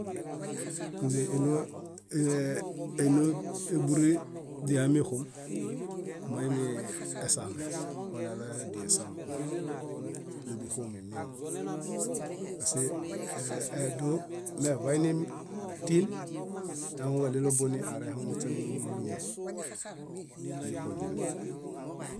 Ínze énoebure źiɦamexom moimi esaame waneloya diel sámuko doźuxumemiama pase dó, meḃai tin, ehaŋu ġáɭelo buni aerehaŋu muśe múlu múlu tĩe méxonene.